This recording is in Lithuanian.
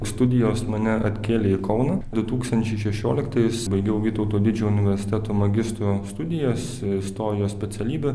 studijos mane atkėlė į kauną du tūkstančiai šešioliktais baigiau vytauto didžiojo universiteto magistro studijas istorijos specialybę